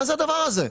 מה זה הדבר הזה?